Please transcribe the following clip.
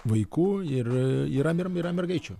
vaikų ir yra yra mergaičių